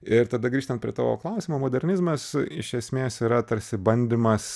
ir tada grįžtant prie tavo klausimo modernizmas iš esmės yra tarsi bandymas